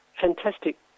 fantastic